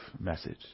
message